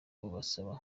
bubasaba